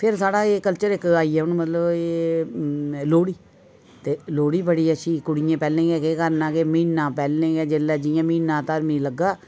फिर साढ़ा एह् कल्चर इक्क आई गेआ मतलब एह् लोह्ड़ी ते लोह्ड़ी बड़ी अच्छी कुड़ियें पैह्लें गै केह् करना केह् म्हीना पैह्लें गै जि'यां म्हीना धर्मी लग्गा